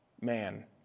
man